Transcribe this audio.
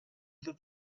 that